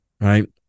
right